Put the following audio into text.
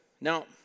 Now